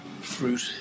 fruit